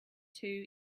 two